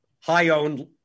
high-owned